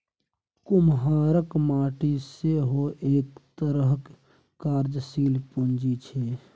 कुम्हराक माटि सेहो एक तरहक कार्यशीले पूंजी छै